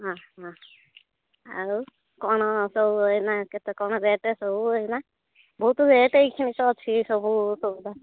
ହଁ ହଁ ଆଉ କ'ଣ ସବୁ ଏଇନା କେତେ କ'ଣ ରେଟ୍ ସବୁ ଏଇନା ବହୁତ ରେଟ୍ ଏଇ କ୍ଷଣି ଅଛି ସବୁ ସଉଦା